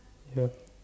yes